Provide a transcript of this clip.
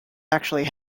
actually